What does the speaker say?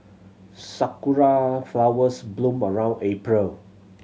sakura flowers bloom around April